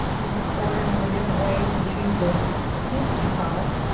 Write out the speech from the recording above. be supportive of the different ways we choose to paint seed pods.